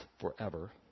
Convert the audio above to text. forever